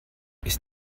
ist